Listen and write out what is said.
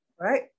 right